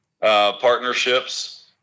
partnerships